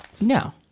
No